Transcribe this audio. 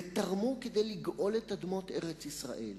ותרמו כדי לגאול את אדמות ארץ-ישראל.